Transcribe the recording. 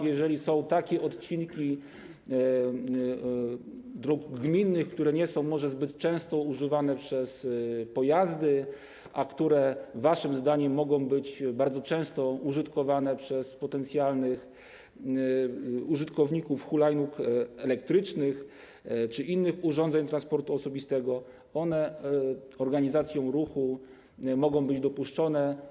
Jeżeli są takie odcinki dróg gminnych, które może nie są zbyt często używane przez pojazdy, a które waszym zdaniem mogą być bardzo często użytkowane przez potencjalnych użytkowników hulajnóg elektrycznych czy innych urządzeń transportu osobistego, to one, jeśli chodzi o organizację ruchu, mogą być dopuszczone.